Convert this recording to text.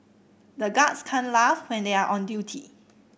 the guards can't laugh when they are on duty